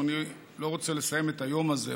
אני לא רוצה לסיים את היום הזה,